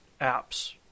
apps